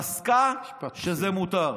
פסקה שזה מותר.